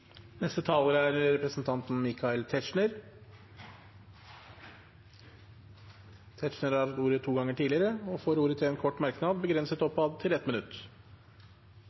Representanten Michael Tetzschner har hatt ordet to ganger tidligere og får ordet til en kort merknad, begrenset til 1 minutt.